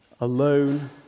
Alone